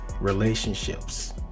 relationships